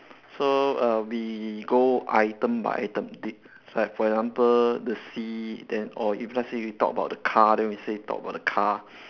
so err we go item by item did like for example the sea then or if let's say you talk about the car then we say talk about the car